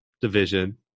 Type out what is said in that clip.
division